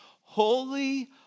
Holy